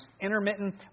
intermittent